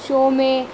show में